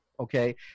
Okay